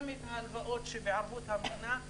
גם את ההלוואות שבערבות המדינה,